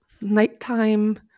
Nighttime